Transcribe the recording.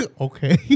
Okay